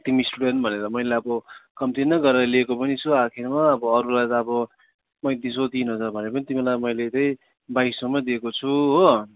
तिमी स्टुडेन्ट भनेर मैले अब कम्ती नै गरेर लिएको पनि छु आखिरमा अब अरूलाई त अब पैँतिस सौ तिन हजार भने पनि तिमीलाई मैले बाइस सौमा दिएको छु हो